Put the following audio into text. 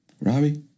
Robbie